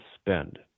spend